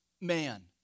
man